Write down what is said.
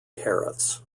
carrots